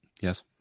yes